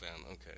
Okay